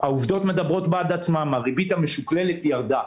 העובדות מדברות בעד עצמן הריבית המשוקללת ירדה.